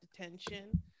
detention